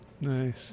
Nice